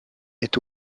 est